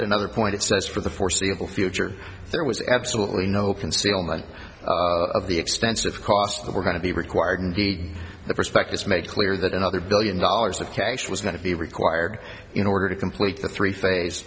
another point it says for the foreseeable future there was absolutely no concealment of the expensive costs that were going to be required and the prospectus made clear that another billion dollars of cash was going to be required in order to complete the three